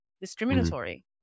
discriminatory